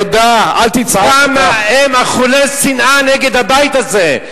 כמה הם אכולי שנאה נגד הבית הזה,